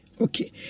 Okay